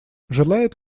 желает